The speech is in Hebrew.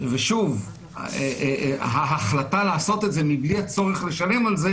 ושוב, ההחלטה לעשות את זה מבלי הצורך לשלם על זה